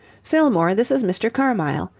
fillmore, this is mr. carmyle.